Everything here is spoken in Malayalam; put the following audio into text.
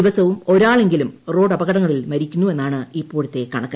ദിവസവും ഒരാളെങ്കിലും റോഡ് അപകടങ്ങളിൽ മരിക്കുന്നു എന്നാണ് ഇപ്പോഴത്തെ കണക്ക്